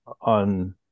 on